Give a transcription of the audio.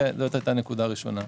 זו הייתה נקודה ראשונה.